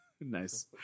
Nice